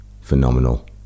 phenomenal